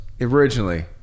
originally